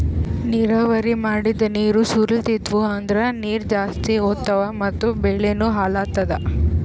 ನೀರಾವರಿ ಮಾಡದ್ ನೀರ್ ಸೊರ್ಲತಿದ್ವು ಅಂದ್ರ ನೀರ್ ಜಾಸ್ತಿ ಹೋತಾವ್ ಮತ್ ಬೆಳಿನೂ ಹಾಳಾತದ